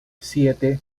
siete